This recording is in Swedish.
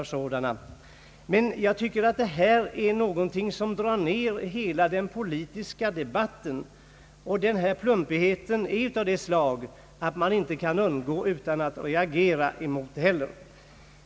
Men jag tycker att detta är något som drar ner hela den politiska debatten. Plumpheten är av sådant slag att man inte kan undgå att reagera emot den heller.